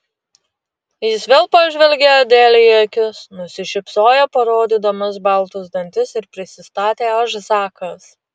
jis vėl pažvelgė adelei į akis nusišypsojo parodydamas baltus dantis ir prisistatė aš zakas